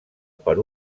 per